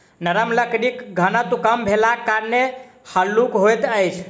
नरम लकड़ीक घनत्व कम भेलाक कारणेँ हल्लुक होइत अछि